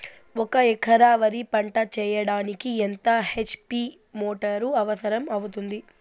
ఒక ఎకరా వరి పంట చెయ్యడానికి ఎంత హెచ్.పి మోటారు అవసరం అవుతుంది?